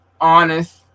honest